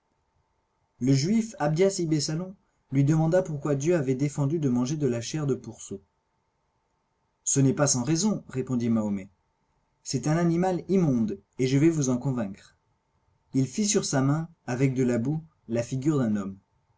le juif abdias ibesalon lui demanda pourquoi dieu avait défendu de manger de la chair de pourceau ce n'est pas sans raison répondit le prophète c'est un animal immonde et je vais vous en convaincre il fit sur sa main avec de la boue la figure d'un homme